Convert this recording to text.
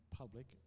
public